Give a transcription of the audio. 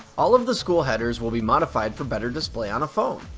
all of the school headers will be modified for better display on a phone.